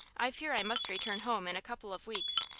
i fear i must return home in a couple of weeks,